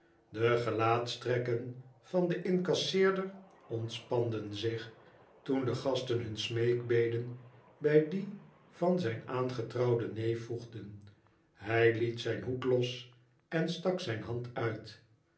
de gelaatstrekken van den incasseerder ontspanden zich toen de gasten hun smeekbeden bij die van zijn aangetrouwden neef voegden hij liet zijn hoed los en stak zijn hand uit